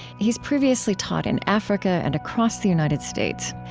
he's previously taught in africa and across the united states.